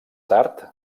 tard